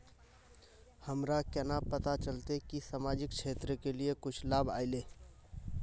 हमरा केना पता चलते की सामाजिक क्षेत्र के लिए कुछ लाभ आयले?